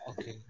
Okay